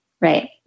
Right